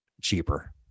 cheaper